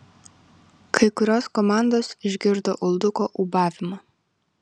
kai kurios komandos išgirdo ulduko ūbavimą